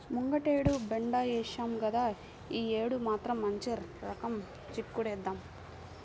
ముంగటేడు బెండ ఏశాం గదా, యీ యేడు మాత్రం మంచి రకం చిక్కుడేద్దాం